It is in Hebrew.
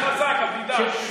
זה חזק, אבידן.